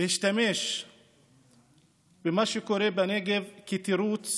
והשתמש במה שקורה בנגב כתירוץ